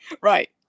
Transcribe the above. Right